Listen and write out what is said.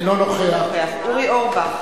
אינו נוכח אורי אורבך,